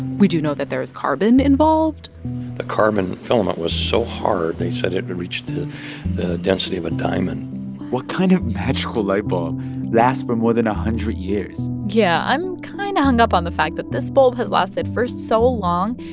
we do know that there is carbon involved the carbon filament was so hard, they said it reached the density of a diamond what kind of magical light bulb lasts for more than a hundred years? yeah. i'm kind of hung up on the fact that this bulb has lasted for so long.